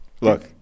Look